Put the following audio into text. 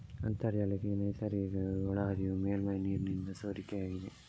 ಅಂತರ್ಜಲಕ್ಕೆ ನೈಸರ್ಗಿಕ ಒಳಹರಿವು ಮೇಲ್ಮೈ ನೀರಿನಿಂದ ಸೋರಿಕೆಯಾಗಿದೆ